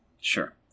Sure